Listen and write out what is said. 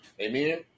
Amen